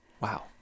Wow